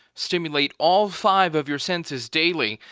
stimulate all five of your senses daily.